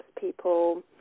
people